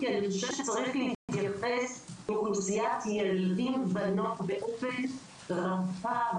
כי אני חושבת שצריך להתייחס לאוכלוסיית ילדים ונוער באופן רחב,